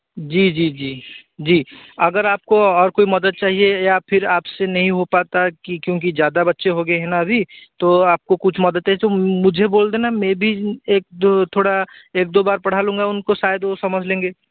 जी जी जी जी अगर आपको और कोई मदद चाहिए या फिर आपसे नहीं हो पाता कि क्योंकि ज़्यादा बच्चे हो गए हैं न अभी तो आपको कुछ मदद है मुझे बोल देना में भी एक दो थोड़ा एक दो बार पढ़ा लूंगा उनको शायद वह समझ लेंगे